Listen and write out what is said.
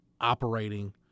operating